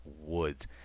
Woods